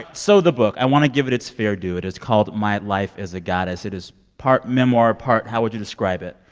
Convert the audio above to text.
so the book i want to give it its fair due. it is called my life as a goddess. it is part memoir, part how would you describe it?